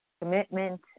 Commitment